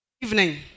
evening